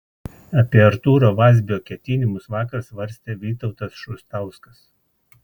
apie artūro vazbio ketinimus vakar svarstė vytautas šustauskas